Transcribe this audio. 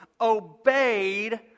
obeyed